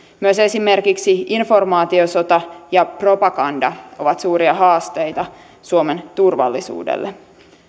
myös esimerkiksi informaatiosota ja propaganda ovat suuria haasteita suomen turvallisuudelle